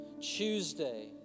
Tuesday